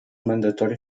mandatory